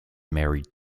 married